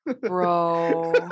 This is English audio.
bro